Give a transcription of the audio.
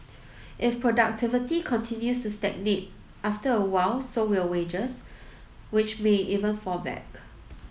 if productivity continues to stagnate after a while so will wages which may even fall back